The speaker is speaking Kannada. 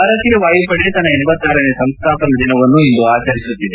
ಭಾರತೀಯ ವಾಯುಪಡೆ ತನ್ನ ಹಿನೇ ಸಂಸ್ವಾಪನಾ ದಿನವನ್ನು ಇಂದು ಆಚರಿಸುತ್ತಿದೆ